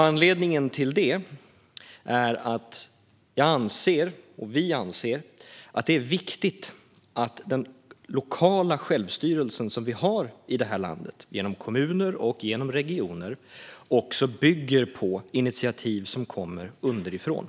Anledningen är att jag anser, och vi anser, att det är viktigt att den lokala självstyrelsen som vi har i det här landet genom kommuner och regioner också bygger på initiativ som kommer underifrån.